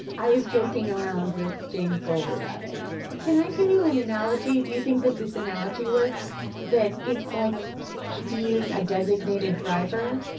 i was joking around with jane foley about it it can i give you an analogy? do you think that this analogy works that it's like being a designated driver.